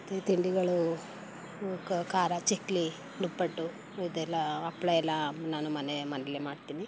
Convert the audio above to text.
ತಿ ತಿಂಡಿಗಳು ಕ ಖಾರ ಚಕ್ಕುಲಿ ನಿಪ್ಪಟ್ಟು ಇದೆಲ್ಲ ಹಪ್ಪಳ ಎಲ್ಲ ನಾನು ಮನೆ ಮನೆಯಲ್ಲೇ ಮಾಡ್ತೀನಿ